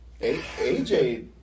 AJ